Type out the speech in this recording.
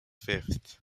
fifth